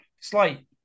slight